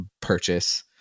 purchase